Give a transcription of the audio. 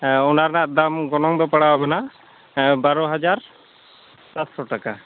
ᱦᱮᱸ ᱚᱱᱟ ᱨᱮᱱᱟᱜ ᱫᱟᱢ ᱜᱚᱱᱚᱝ ᱫᱚ ᱯᱟᱲᱟᱣ ᱟᱵᱮᱱᱟ ᱵᱟᱨᱳ ᱦᱟᱡᱟᱨ ᱥᱟᱛᱥᱚ ᱴᱟᱠᱟ